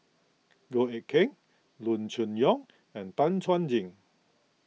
Goh Eck Kheng Loo Choon Yong and Tan Chuan Jin